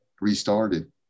restarted